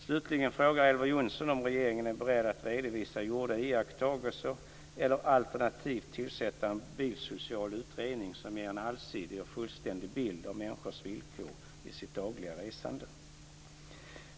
Slutligen frågar Elver Jonsson om regeringen är beredd att redovisa gjorda iakttagelser alternativt tillsätta en bilsocial utredning som ger en allsidig och fullständig bild av människors villkor i sitt dagliga resande.